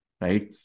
right